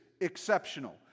exceptional